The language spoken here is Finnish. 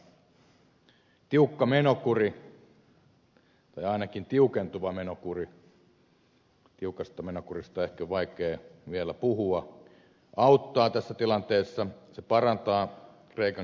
tiukka menokuri tai ainakin tiukentuva menokuri tiukasta menokurista on ehkä vaikea vielä puhua auttaa tässä tilanteessa se parantaa kreikan kilpailukykyä